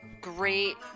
Great